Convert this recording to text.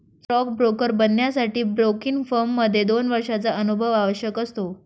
stock broker बनण्यासाठी broking firm मध्ये दोन वर्षांचा अनुभव आवश्यक असतो